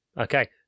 Okay